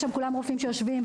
ויש שם כולם רופאים שיושבים,